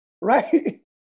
right